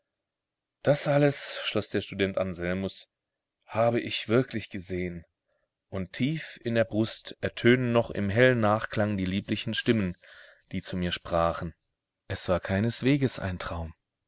das alles schloß der student anselmus habe ich wirklich gesehen und tief in der brust ertönen noch im hellen nachklang die lieblichen stimmen die zu mir sprachen es war keinesweges ein traum